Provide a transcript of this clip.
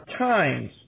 times